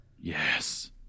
Yes